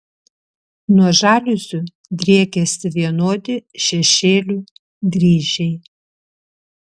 nuo žaliuzių driekiasi vienodi šešėlių dryžiai